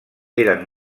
eren